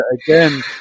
again